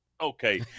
Okay